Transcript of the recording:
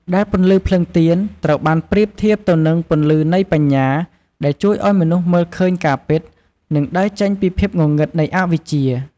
ដែលពន្លឺភ្លើងទៀន ត្រូវបានប្រៀបធៀបទៅនឹង ពន្លឺនៃបញ្ញា ដែលជួយឲ្យមនុស្សមើលឃើញការពិត និងដើរចេញពីភាពងងឹតនៃអវិជ្ជា។